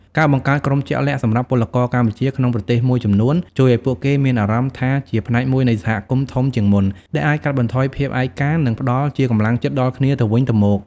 ការបង្កើតក្រុមជាក់លាក់សម្រាប់ពលករកម្ពុជាក្នុងប្រទេសមួយចំនួន ជួយឲ្យពួកគេមានអារម្មណ៍ថាជាផ្នែកមួយនៃសហគមន៍ធំជាងមុន ដែលអាចកាត់បន្ថយភាពឯកា និងផ្តល់ជាកម្លាំងចិត្តដល់គ្នាទៅវិញទៅមក ។